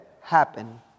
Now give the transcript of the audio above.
happen